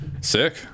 sick